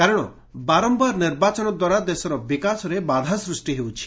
କାରଣ ବାରମ୍ଭାର ନିର୍ବାଚନ ଦ୍ୱାରା ଦେଶର ବିକାଶରେ ବାଧା ସୂଷ୍ଟି ହେଉଛି